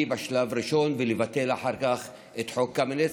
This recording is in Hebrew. בשלב הראשון ואחר כך לבטל את חוק קמיניץ.